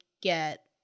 get